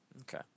Okay